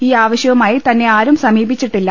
ഈ ആവശ്യവുമായി തന്നെ ആരും സമീപിച്ചിട്ടില്ല